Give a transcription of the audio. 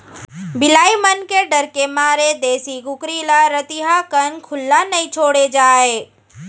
बिलाई मन के डर के मारे देसी कुकरी ल रतिहा कन खुल्ला नइ छोड़े जाए